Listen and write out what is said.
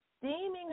steaming